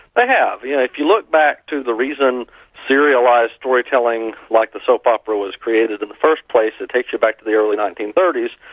ah have. yeah if you look back to the reason serialised storytelling like the soap opera was created in the first place, it takes you back to the early nineteen thirty s,